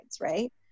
right